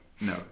No